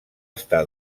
estar